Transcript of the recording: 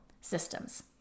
systems